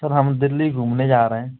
sir हम दिल्ली घूमने जा रहें